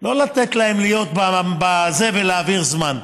לא לתת להם להיות בזה ולהעביר זמן,